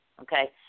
Okay